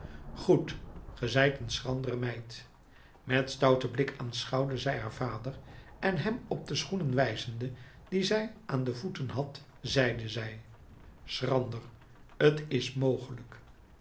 goed ge zijt een schrandere meid met stouten blik aanschouwde zij haar vader en hem op de schoenen wijzende die zij aan de voeten had zeide zij schrander t is mogelijk